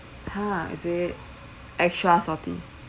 ha is it extra salty